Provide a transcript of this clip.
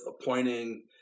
appointing